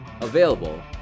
available